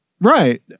right